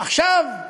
עכשיו,